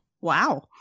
Wow